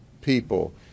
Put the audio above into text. people